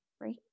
right